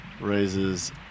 raises